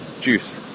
juice